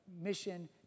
mission